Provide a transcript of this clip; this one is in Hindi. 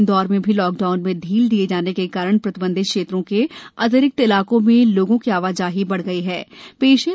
इंदौर में भी लॉकडाउन में ढील दिये जाने के कारण प्रतिबंधित क्षेत्रों के अतिरिक्त इलाकों में लोगों की आवाजाही बढ़ गई है